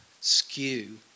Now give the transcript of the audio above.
skew